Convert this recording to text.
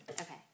Okay